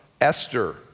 Esther